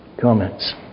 comments